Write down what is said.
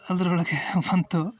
ಅದರೊಳಗೆ ಬಂತು